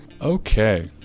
Okay